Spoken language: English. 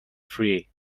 free